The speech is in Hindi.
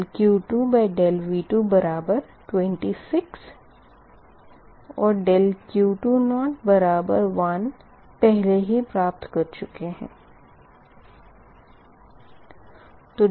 dQ2dV2 बराबर 26 और ∆Q2 बराबर 1 पहले ही प्राप्त कर चुके है